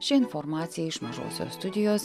šia informacija iš mažosios studijos